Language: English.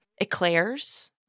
eclairs